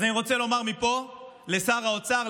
אז אני רוצה לומר מפה לשר האוצר,